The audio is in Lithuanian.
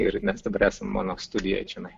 ir mes dabar esam mano studijoj čionai